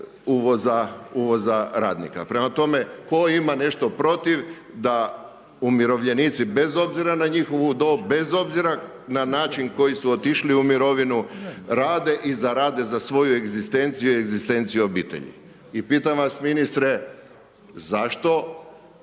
uvoza radnika. Prema tome, tko ima nešto protiv da umirovljenici bez obzira na njihovu na njihovu dob, bez obzora na način na koji su otišli u mirovinu rade i zarade za svoju egzistenciju i egzistenciju obitelji. I pitam vas ministre, zašto